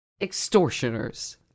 extortioners